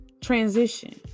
transition